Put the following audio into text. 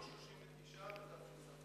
סך הכול 39 בתשס"ט.